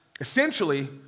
essentially